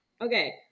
Okay